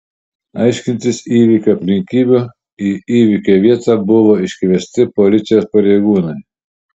aiškintis įvykio aplinkybių į įvykio vietą buvo iškviesti policijos pareigūnai